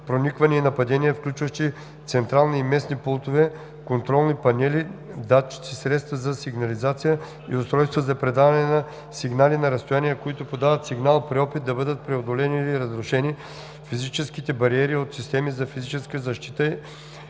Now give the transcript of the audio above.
проникване и нападение, включващи централни или местни пултове, контролни панели, датчици, средства за сигнализация и устройства за предаване на сигнали на разстояние, които подават сигнал при опит да бъдат преодолени или разрушени физическите бариери от системи за физическа защита